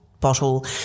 bottle